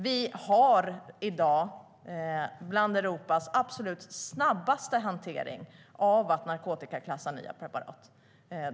Vi har i dag en av Europas absolut snabbaste hanteringar när det gäller att narkotikaklassa nya preparat.